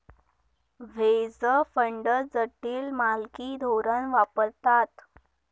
veg fund जटिल मालकी धोरण वापरतात